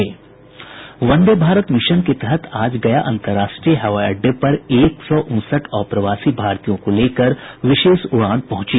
वंदे Bharat mission के तहत आज गया अंतर्राष्ट्रीय हवाई अड्डे पर एक सौ उनसठ अप्रवासी भारतीयों को लेकर विशेष उड़ान पहुंची